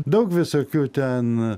daug visokių ten